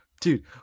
Dude